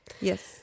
Yes